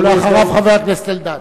אחריו, חבר הכנסת אלדד.